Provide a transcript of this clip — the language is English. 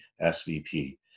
SVP